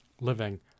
living